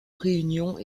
réunions